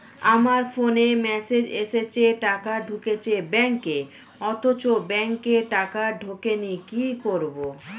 আমার ফোনে মেসেজ এসেছে টাকা ঢুকেছে ব্যাঙ্কে অথচ ব্যাংকে টাকা ঢোকেনি কি করবো?